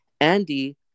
Andy